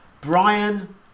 Brian